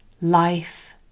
life